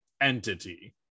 entity